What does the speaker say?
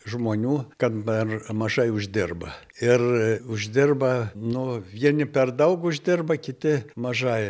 žmonių kad per mažai uždirba ir uždirba nu vieni per daug uždirba kiti mažai